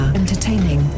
entertaining